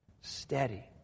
steady